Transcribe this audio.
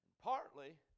Partly